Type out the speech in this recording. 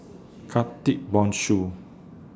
Khatib Bongsu